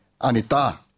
anita